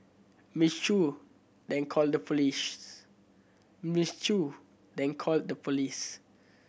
Miss Chew then called the Miss Chew then called the police